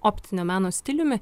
optinio meno stiliumi